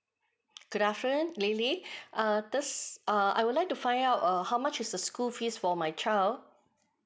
good afternoon lily uh thus uh I would like to find out err how much is the school fees for my child